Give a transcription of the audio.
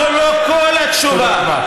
זו לא כל התשובה,